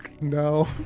No